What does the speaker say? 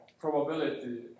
probability